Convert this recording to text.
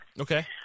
Okay